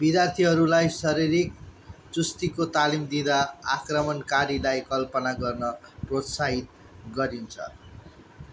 विद्यार्थीहरूलाई शारीरिक चुस्तीको तालिम दिँदा आक्रमणकारीलाई कल्पना गर्न प्रोत्साहित गरिन्छ